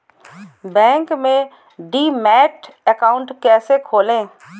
Bank में demat account कैसे खोलें?